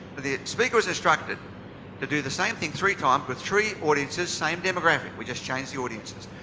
the speaker was instructed to do the same thing three times with three audiences same demographics we just changed the audiences.